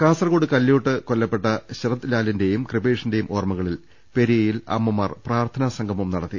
കാസർകോട് കല്ല്യോട്ട് കൊല്ലപ്പെട്ട ശരത്ലാലിന്റെയും കൃപേ ഷിന്റെയും ഓർമ്മകളിൽ പെരിയയിൽ അമ്മമാർ പ്രാർഥനാ സംഗമം നടത്തി